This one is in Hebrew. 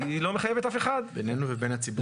לא כדי להגן על הסביבה אלא כרגע בשביל להגיד שזה דוח מצב הטבע,